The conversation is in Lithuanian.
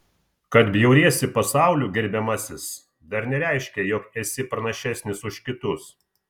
kad bjauriesi pasauliu gerbiamasis dar nereiškia jog esi pranašesnis už kitus